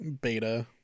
beta